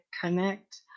connect